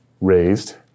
raised